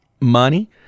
money